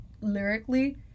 lyrically